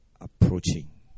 approaching